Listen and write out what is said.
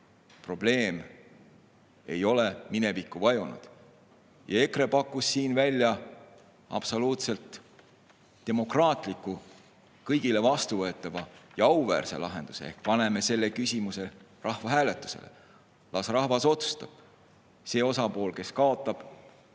probleem ei ole minevikku vajunud. Ja EKRE pakkus siin välja absoluutselt demokraatliku, kõigile vastuvõetava ja auväärse lahenduse: panna see küsimus rahvahääletusele. Las rahvas otsustab. See osapool, kes kaotab,